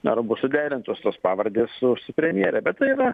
ar bus suderintos tos pavardės su premjere bet tai yra